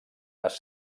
les